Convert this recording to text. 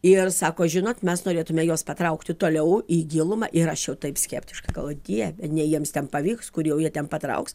ir sako žinot mes norėtume juos patraukti toliau į gilumą ir aš jau taip skeptiškai galvoju dieve nei jiems ten pavyks kur jau jie ten patrauks